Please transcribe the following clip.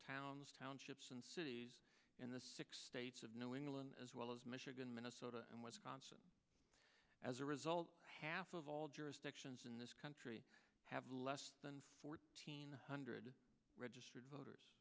towns townships and cities in the six states of new england as well as michigan minnesota and wisconsin as a result half of all jurisdictions in this country have less than fourteen hundred registered voters